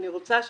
אני רוצה ש,